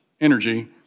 energy